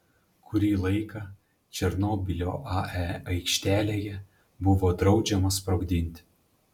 kurį laiką černobylio ae aikštelėje buvo draudžiama sprogdinti